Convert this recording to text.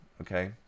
Okay